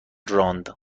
راند